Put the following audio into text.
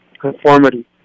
conformity